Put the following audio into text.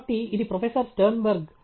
కాబట్టి ఇది professor Sternberg